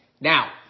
now